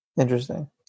interesting